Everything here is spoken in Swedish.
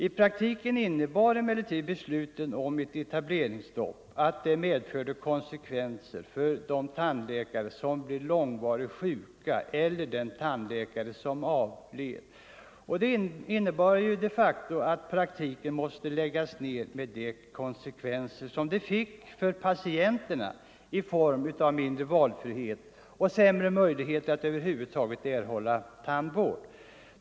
I praktiken innebär beslutet ett etableringsstopp, och detta för till följd att om en tandläkare blir långvarigt sjuk eller avlider måste praktiken läggas ned, med de konsekvenser detta får för patienterna i form av mindre valfrihet och sämre möjligheter att över huvud taget erhålla tandvård.